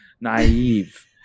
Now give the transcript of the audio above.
naive